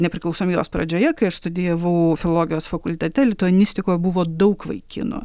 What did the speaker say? nepriklausomybės pradžioje kai aš studijavau filologijos fakultete lituanistikoj buvo daug vaikinų